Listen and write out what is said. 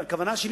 הכוונה שלי,